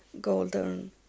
golden